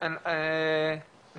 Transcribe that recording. תודה על הזימון.